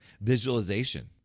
Visualization